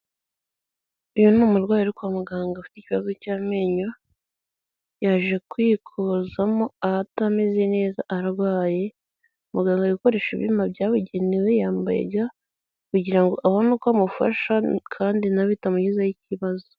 Uyu ni umurwayi uri kwa muganga ufite ikibazo cy'amenyo, yaje kwikozamo atameze neza arwaye, muganga ari gukoresha ibyuma byabugenewe, yambaye ga kugira ngo abone uko amufasha kandi na we bitamugizaho ikibazo.